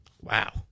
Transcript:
Wow